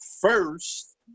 first